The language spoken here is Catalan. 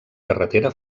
carretera